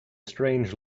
strange